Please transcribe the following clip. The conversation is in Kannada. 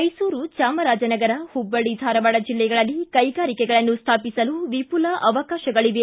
ಮೈಸೂರು ಚಾಮರಾಜನಗರ ಹುಬ್ಬಳ್ಳಿ ಧಾರವಾಡ ಜಿಲ್ಲೆಗಳಲ್ಲಿ ಕೈಗಾರಿಕೆಗಳನ್ನು ಸ್ಥಾಪಿಸಲು ವಿಪುಲ ಅವಕಾಶಗಳವೆ